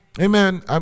Amen